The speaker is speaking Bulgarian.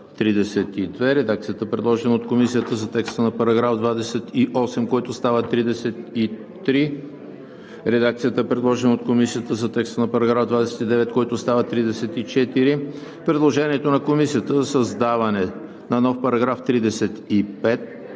редакцията, предложена от Комисията за текста на § 28, който става § 33; редакцията, предложена от Комисията за текста на § 29, който става § 34; предложението на Комисията за създаване на нов § 35